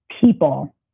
people